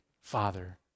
Father